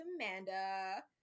Amanda